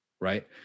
right